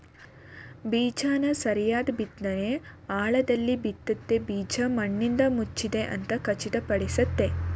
ಬೀಜನ ಸರಿಯಾದ್ ಬಿತ್ನೆ ಆಳದಲ್ಲಿ ಬಿತ್ತುತ್ತೆ ಬೀಜ ಮಣ್ಣಿಂದಮುಚ್ಚಿದೆ ಅಂತ ಖಚಿತಪಡಿಸ್ತದೆ